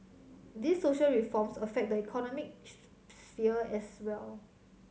these social reforms affect the economic sphere as well